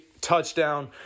touchdown